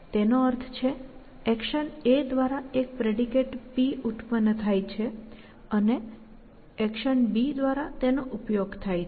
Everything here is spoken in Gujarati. તેનો અર્થ છે એક્શન a દ્વારા એક પ્રેડિકેટ P ઉત્પન્ન થાય છે અને તે b દ્વારા તેનો ઉપયોગ થાય છે